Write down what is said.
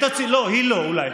אתה מייצג את הציבור.